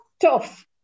tough